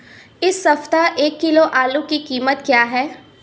इस सप्ताह एक किलो आलू की कीमत क्या है?